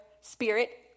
spirit